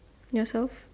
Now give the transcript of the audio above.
ya so